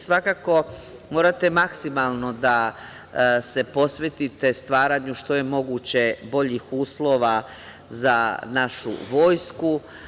Svakako, morate maksimalno da se posvetite stvaranju što je moguće boljih uslova za našu Vojsku.